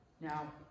Now